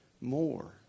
more